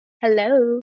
Hello